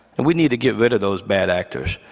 and we need to get rid of those bad actors.